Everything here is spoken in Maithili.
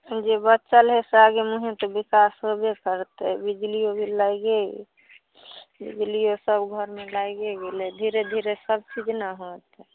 जे बच्चल हइ से आगे मुँहे तऽ विकास होबे करतै बिजलीयो बिल लागिये गेल बिजलीओ सब घरमे लागिये गेल धीरे धीरे सब चीज नहि होतइ